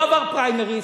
לא עבר פריימריז,